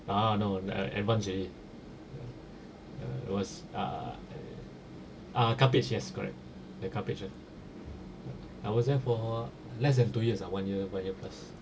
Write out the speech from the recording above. ah now err advance already uh was err err uh cuppage yes correct the cuppage I was there for less than two years ah err one year one year plus